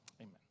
Amen